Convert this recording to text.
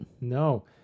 No